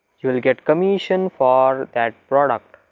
you will get commission for that product.